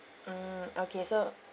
mm okay so